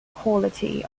quality